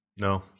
No